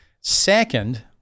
second